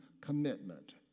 commitment